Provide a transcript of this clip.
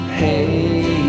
hey